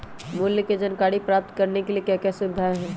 मूल्य के जानकारी प्राप्त करने के लिए क्या क्या सुविधाएं है?